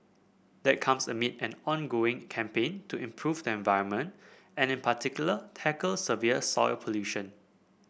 that comes amid and ongoing campaign to improve the environment and in particular tackle severe soil pollution